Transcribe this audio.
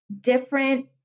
different